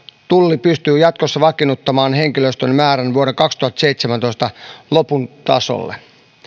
tulli pystyy jatkossa vakiinnuttamaan henkilöstön määrän vuoden kaksituhattaseitsemäntoista lopun tasolle